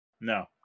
no